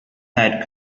had